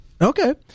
Okay